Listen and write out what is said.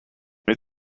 from